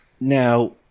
now